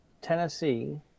Tennessee